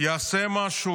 יעשה משהו?